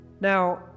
Now